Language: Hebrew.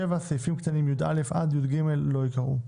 סעיפים קטנים (יא) עד (יג) לא ייקראו,